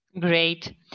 great